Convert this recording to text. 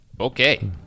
Okay